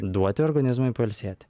duoti organizmui pailsėti